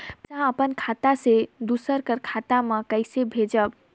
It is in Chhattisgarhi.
पइसा अपन खाता से दूसर कर खाता म कइसे भेजब?